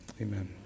amen